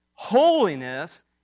Holiness